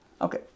Okay